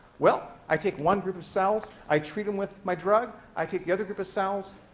well, i take one group of cells. i treat em with my drug. i take the other group of cells.